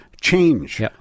change